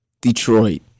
Detroit